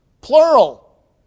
plural